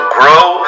grow